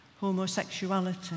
homosexuality